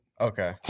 Okay